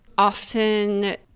Often